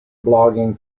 blogging